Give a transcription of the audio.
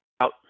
out